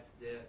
death